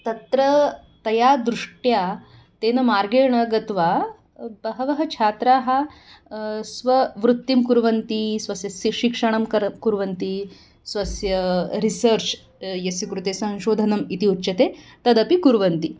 तत्र तया दृष्ट्या तेन मार्गेण गत्वा बहवः छात्राः स्ववृत्तिं कुर्वन्ति स्वस्य शिक्षणं कर् कुर्वन्ति स्वस्य रिसर्च् यस्य कृते संशोधनम् इति उच्यते तदपि कुर्वन्ति